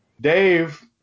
Dave